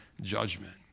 judgment